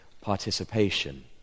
participation